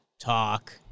talk